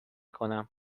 کنم